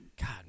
God